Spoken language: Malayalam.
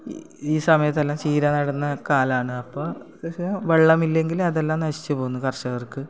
ഈ സമയത്തെല്ലാം ചീര നടുന്ന കാലമാണ് അപ്പോൾ പക്ഷേ വെള്ളമില്ലെങ്കിൽ അതെല്ലാം നശിച്ച് പോകുന്നു കർഷകർക്ക്